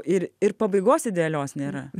ir ir pabaigos idealios nėra